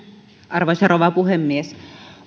arvoisa rouva puhemies